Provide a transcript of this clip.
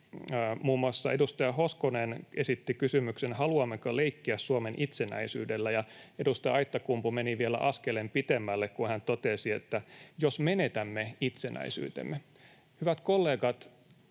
Muun muassa edustaja Hoskonen esitti kysymyksen, haluammeko leikkiä Suomen itsenäisyydellä, ja edustaja Aittakumpu meni vielä askelen pitemmälle, kun hän totesi, että jos menetämme itsenäisyytemme. Hyvät kollegat,